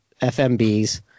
FMBs